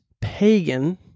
pagan